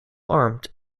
armed